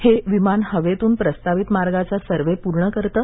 हे विमान हवेतून प्रस्तावित मार्गाचा सर्वे पूर्ण करतं